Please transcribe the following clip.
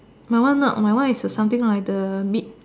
my one not my one is the something like the bid